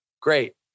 great